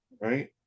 Right